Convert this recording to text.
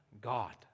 God